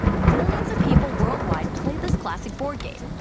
millions of people worldwide play this classic board game!